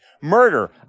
Murder